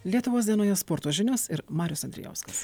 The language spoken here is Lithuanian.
lietuvos dienoje sporto žinios ir marius andrijauskas